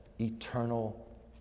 eternal